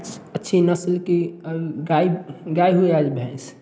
अच्छी अच्छी नस्ल की गाय गाय हुई या भैंस